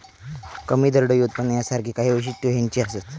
कमी दरडोई उत्पन्न यासारखी काही वैशिष्ट्यो ह्याची असत